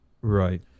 Right